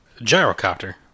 gyrocopter